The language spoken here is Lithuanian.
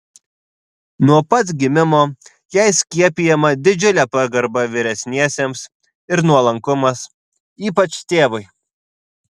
nuo pat gimimo jai skiepijama didžiulė pagarba vyresniesiems ir nuolankumas ypač tėvui